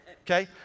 Okay